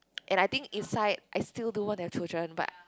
and I think inside I still do want to have children but